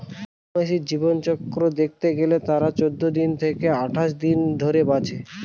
মৌমাছির জীবনচক্র দেখতে গেলে তারা চৌদ্দ থেকে আঠাশ দিন ধরে বাঁচে